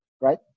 right